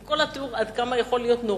עם כל התיאור עד כמה המצב יכול להיות נורא,